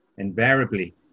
invariably